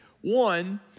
One